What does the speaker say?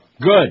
Good